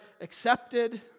accepted